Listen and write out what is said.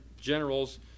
generals